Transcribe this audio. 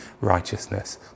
righteousness